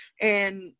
and-